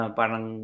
parang